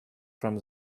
from